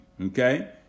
Okay